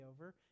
over